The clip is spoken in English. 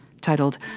titled